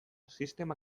sistema